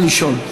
נא לשאול.